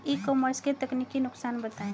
ई commerce के तकनीकी नुकसान बताएं?